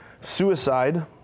Suicide